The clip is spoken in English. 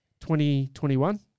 2021